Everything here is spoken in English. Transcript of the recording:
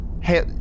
hey